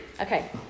Okay